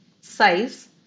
size